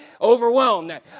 overwhelmed